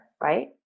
right